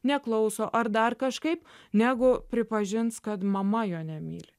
neklauso ar dar kažkaip negu pripažins kad mama jo nemyli